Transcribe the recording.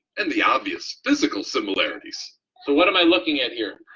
and the obvious physical similarities. so what am i looking at here?